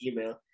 email